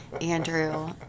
andrew